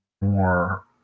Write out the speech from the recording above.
more